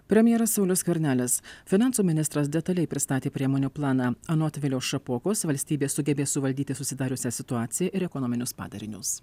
premjeras saulius skvernelis finansų ministras detaliai pristatė priemonių planą anot viliaus šapokos valstybė sugebės suvaldyti susidariusią situaciją ir ekonominius padarinius